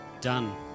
done